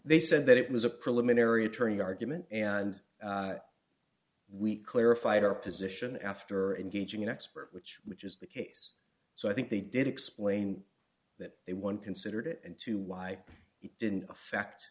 they said that it was a preliminary attorney argument and we clarified our position after engaging in expert which which is the case so i think they did explain that they one considered it and two why it didn't affect